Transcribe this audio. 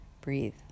breathe